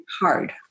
hard